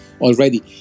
already